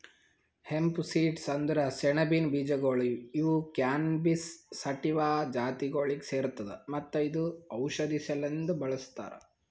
hemp seeds ಅಂದುರ್ ಸೆಣಬಿನ ಬೀಜಗೊಳ್ ಇವು ಕ್ಯಾನಬಿಸ್ ಸಟಿವಾ ಜಾತಿಗೊಳಿಗ್ ಸೇರ್ತದ ಮತ್ತ ಇದು ಔಷಧಿ ಸಲೆಂದ್ ಬಳ್ಸತಾರ್